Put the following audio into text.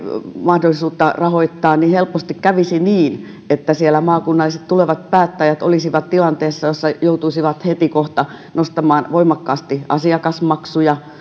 mahdollisuutta rahoittaa niin helposti kävisi niin että siellä tulevat maakunnalliset päättäjät olisivat tilanteessa jossa joutuisivat heti kohta nostamaan voimakkaasti asiakasmaksuja